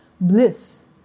bliss